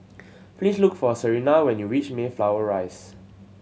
please look for Serina when you reach Mayflower Rise